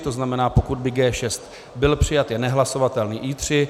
To znamená, pokud by G6 byl přijat, je nehlasovatelný I3.